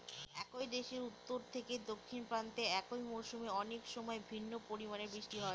একই দেশের উত্তর থেকে দক্ষিণ প্রান্তে একই মরশুমে অনেকসময় ভিন্ন পরিমানের বৃষ্টিপাত হয়